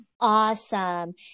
Awesome